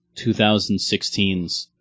2016s